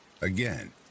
Again